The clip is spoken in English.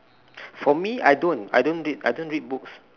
for me I don't I don't read I don't read books